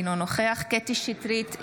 אינו נוכח קטי קטרין שטרית,